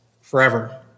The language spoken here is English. forever